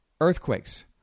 Earthquakes